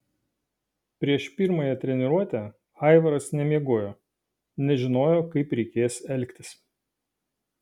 prieš pirmąją treniruotę aivaras nemiegojo nežinojo kaip reikės elgtis